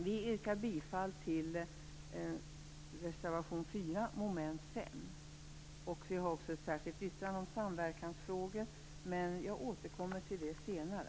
Vi yrkar bifall till reservation 4 under mom. 5. Vi har också ett särskilt yttrande om samverkansfrågor, men jag återkommer till det senare.